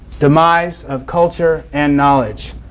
demise of culture and knowledge.